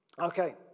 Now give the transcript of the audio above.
okay